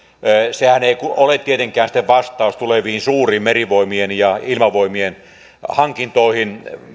sehän ei ole tietenkään sitten vastaus pääasiassa ensi vuosikymmenellä tuleviin suuriin merivoimien ja ilmavoimien hankintoihin